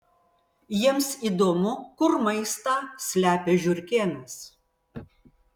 jiems įdomu kur maistą slepia žiurkėnas